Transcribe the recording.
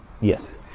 yes